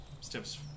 steps